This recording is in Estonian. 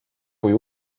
kui